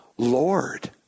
Lord